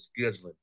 scheduling